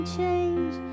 change